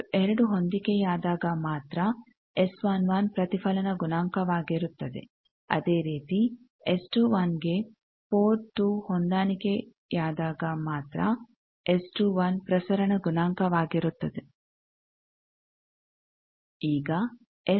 port 2 ಹೊಂದಿಕೆಯಾದಾಗ ಮಾತ್ರ ಎಸ್11 ಪ್ರತಿಫಲನ ಗುಣಾಂಕವಾಗಿರುತ್ತದೆ ಅದೇ ರೀತಿ ಎಸ್21ಗೆ ಪೋರ್ಟ್ 2 ಹೊಂದಿಕೆಯಾದಾಗ ಮಾತ್ರ ಎಸ್21 ಪ್ರಸರಣ ಗುಣಾಂಕವಾಗಿರುತ್ತದೆ